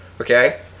Okay